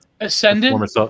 ascendant